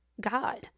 God